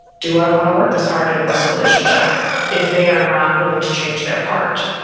do i want to work this hard in this relationship if they are not willing to change their part?